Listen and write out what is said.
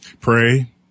pray